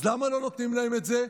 אז למה לא נותנים להם את זה?